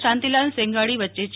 શાંતિલાલ સેંઘાણી વચ્ચે છે